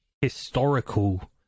historical